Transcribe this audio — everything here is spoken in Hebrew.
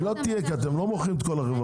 היא לא תהיה כי אתם לא מוכרים את כל החברה.